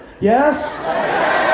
yes